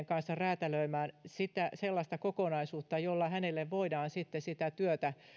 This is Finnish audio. kanssa räätälöimään sellaista kokonaisuutta jolla hänelle voidaan sitten työtä